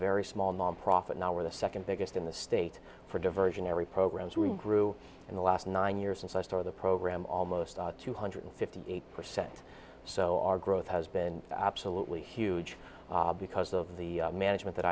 very small nonprofit now where the second biggest in the state for diversionary programs we grew in the last nine years since i start the program almost two hundred fifty eight percent so our growth has been absolutely huge because of the management that